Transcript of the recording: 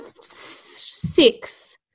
Six